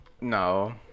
No